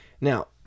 Now